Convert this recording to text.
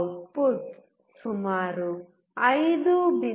output ಸುಮಾರು 5